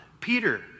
Peter